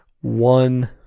one